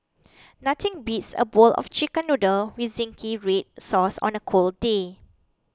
nothing beats a bowl of Chicken Noodles with Zingy Red Sauce on a cold day